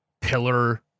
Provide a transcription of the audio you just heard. pillar